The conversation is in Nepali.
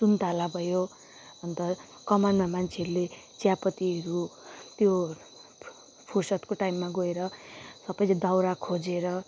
सुन्ताला भयो अन्त कमानमा मान्छेहरूले चियापत्तीहरू त्यो फुर्सदको टाइममा गएर सबैले दाउरा खोजेर